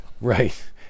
Right